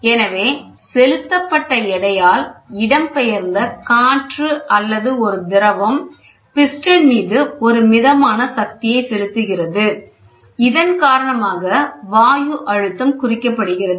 எனவே செலுத்தப்பட்ட எடையால் இடம்பெயர்ந்த காற்று அல்லது ஒரு திரவம் பிஸ்டன் மீது ஒரு மிதமான சக்தியை செலுத்துகிறது இதன் காரணமாக வாயு அழுத்தம் குறிக்கப்படுகிறது